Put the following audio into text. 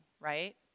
Right